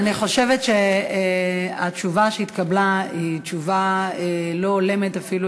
אני חושבת שהתשובה שהתקבלה היא תשובה לא הולמת אפילו